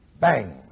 Bang